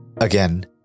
Again